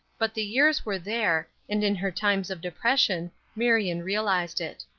but the years were there, and in her times of depression, marion realized it.